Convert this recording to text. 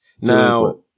Now